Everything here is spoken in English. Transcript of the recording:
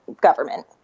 government